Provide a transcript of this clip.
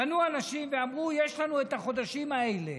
ואמרו: יש לנו את החודשים האלה